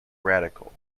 radical